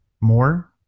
more